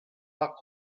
back